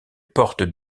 porte